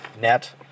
net